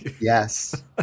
yes